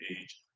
age